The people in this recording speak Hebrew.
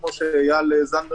כמו שאמר איל זנדברג,